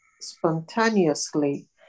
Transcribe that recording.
spontaneously